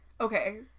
Okay